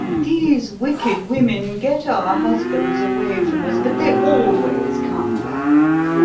these wicked women get our husbands away from us, but they always come back,